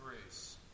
grace